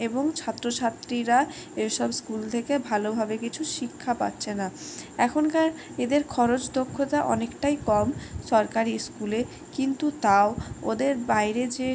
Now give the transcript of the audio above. এবং ছাত্র ছাত্রীরা এসব স্কুল থেকে ভালোভাবে কিছু শিক্ষা পাচ্ছে না এখনকার এদের খরচ দক্ষতা অনেকটাই কম সরকারি স্কুলে কিন্তু তাও ওদের বাইরে যে